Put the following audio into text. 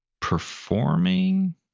performing